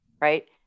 right